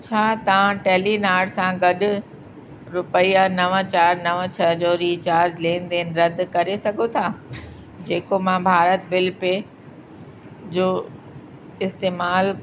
छा तां टैलीनार सां गॾु रुपिया नव चारि नव छह जो रिचार्ज लेनदेन रद्द करे सघो था जेको मां भारत बिल पे जो इस्तेमालु